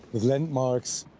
with landmarks,